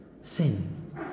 Sin